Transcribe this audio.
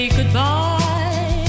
goodbye